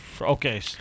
Okay